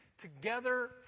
together